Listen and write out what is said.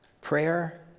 prayer